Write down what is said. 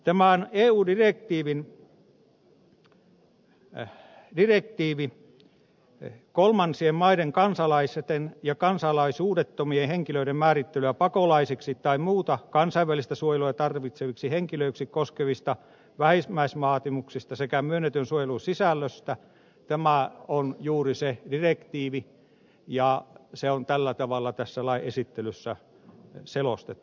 tämä eu direktiivi kolmansien maiden kansalaisten ja kansalaisuudettomien henkilöiden määrittelyä pakolaisiksi tai muuta kansainvälistä suojelua tarvitseviksi henkilöiksi koskevista vähimmäisvaatimuksista sekä myönnetyn suojelun sisällöstä on juuri se direktiivi ja se on tällä tavalla tässä lain esittelyssä selostettu